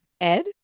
Ed